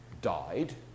died